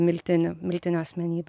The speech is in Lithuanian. miltinį miltinio asmenybę